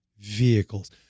vehicles